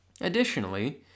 Additionally